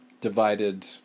divided